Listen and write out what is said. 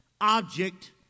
object